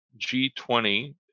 g20